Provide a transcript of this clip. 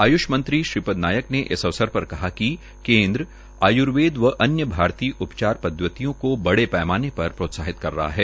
आय्ष मंत्री श्रीपद नायक ने इस अवसर पर कहा कि केन्द्र आयर्वेद व अन्य भारतीय उपचार पदवतियों को बडे पैमाने पर प्रोत्साकहित कर रहा है